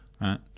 right